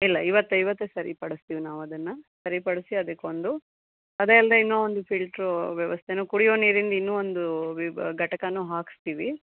ಇಲ್ಲ ಇವತ್ತೇ ಇವತ್ತೇ ಸರಿಪಡಸ್ತೀವಿ ನಾವದನ್ನು ಸರಿಪಡಿಸಿ ಅದಕ್ಕೊಂದು ಅದೇ ಅಲ್ಲದೆ ಇನ್ನೂ ಒಂದು ಫಿಲ್ಟ್ರು ವ್ಯವಸ್ಥೆನೂ ಕುಡಿಯೋ ನೀರಿಂದು ಇನ್ನೂ ಒಂದು ವಿ ಘಟಕನು ಹಾಕಿಸ್ತೀವಿ